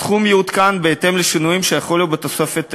הסכום יעודכן בהתאם לשינויים שיחולו בתוספת היוקר.